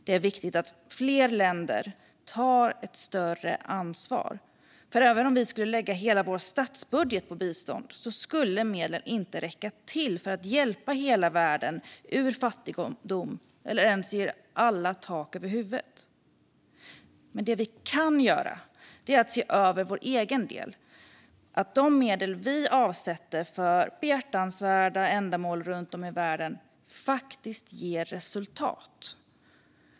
Det är viktigt att fler länder tar ett större ansvar. För även om vi skulle lägga hela den svenska statsbudgeten på bistånd skulle medlen inte räcka till för att hjälpa hela världen ur fattigdom eller för att ens ge alla tak över huvudet. Men det vi kan göra är att se över vår egen del - att de medel vi avsätter för behjärtansvärda ändamål runt om i världen faktiskt ger resultat.